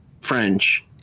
French